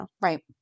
Right